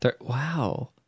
Wow